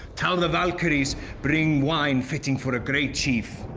tell the valkyries bring wine fitting for a great chief,